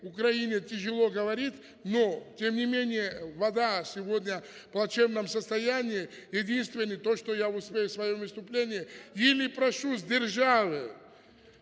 Украине тяжело говорить, но, тем не менее, вода сегодня в плачевном состоянии. Единственное, то, что я успею в своем выступлении, или прошу с державы,